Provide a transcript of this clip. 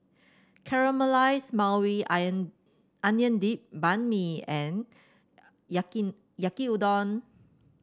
Caramelize Maui Ion Onion Dip Banh Mi and Yaki Yaki Udon